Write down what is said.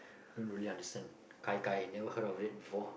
I don't really understand Kai-Kai I never heard of it before